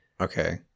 okay